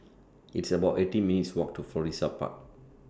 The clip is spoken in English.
It's about eighteen minutes' Walk to Florissa Park